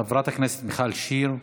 חברת הכנסת מיכל שיר סגמן.